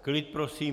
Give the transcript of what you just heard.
Klid, prosím!